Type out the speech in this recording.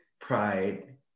pride